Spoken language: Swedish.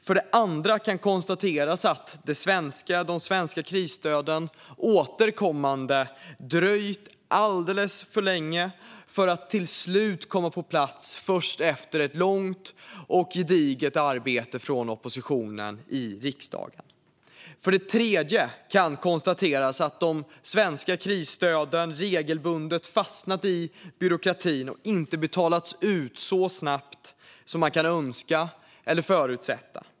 För det andra kan det konstateras att de svenska krisstöden återkommande har dröjt alldeles för länge, för att till slut komma på plats först efter långt och gediget arbete från oppositionen i riksdagen. För det tredje kan det konstateras att de svenska krisstöden regelbundet har fastnat i byråkratin och inte betalats ut så snabbt som man kan önska eller förutsätta.